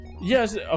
Yes